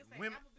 women